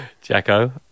Jacko